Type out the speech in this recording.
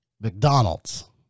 McDonald's